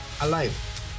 alive